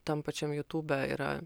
tam pačiam jutūbe yra